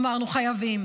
אמרנו, חייבים.